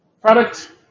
product